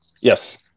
Yes